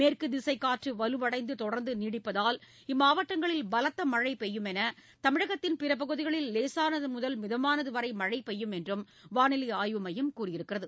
மேற்கு திசை காற்று வலுவடைந்து தொடர்ந்து நீடிப்பதால் இம்மாவட்டங்களில் பலத்த மழை பெய்யுமென்றும் தமிழகத்தின் பிற பகுதிகளில் லேசானது முதல் மிதமானது வரை மழை பெய்யுமென்றும் வானிலை ஆய்வு மையம் கூறியுள்ளது